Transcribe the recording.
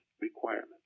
requirement